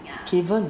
ya